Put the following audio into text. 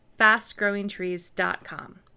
fastgrowingtrees.com